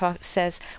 says